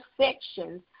sections